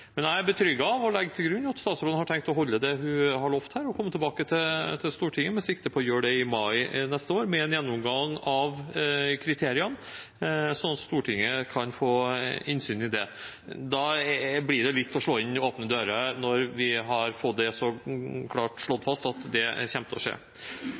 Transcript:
Men jeg er betrygget og legger til grunn at statsråden har tenkt å holde det hun har lovt her, og komme tilbake til Stortinget – med sikte på å gjøre det i mai neste år – med en gjennomgang av kriteriene, slik at Stortinget kan få innsyn i det. Da blir det litt å slå inn åpne dører når vi har fått slått så klart fast at det kommer til å skje.